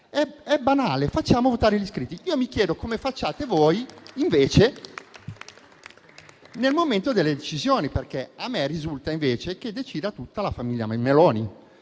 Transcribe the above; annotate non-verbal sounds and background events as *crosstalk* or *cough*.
È banale: facciamo votare gli iscritti. *applause* Io mi chiedo come facciate voi, invece, al momento delle decisioni, perché a me risulta che decida tutto la famiglia Meloni.